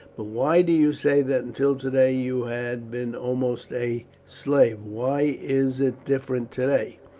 but why do you say that until today you have been almost a slave? why is it different today?